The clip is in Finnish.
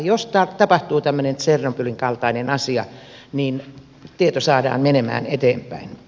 jos tapahtuu tämmöinen tsernobylin kaltainen asia tieto saadaan menemään eteenpäin